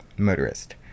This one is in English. Motorist